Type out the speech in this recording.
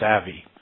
savvy